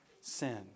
sin